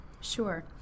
Sure